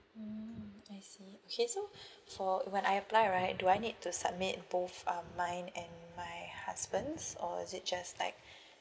mm I see okay so for when I apply right do I need to submit both um mine and my husband or is it just like